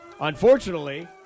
Unfortunately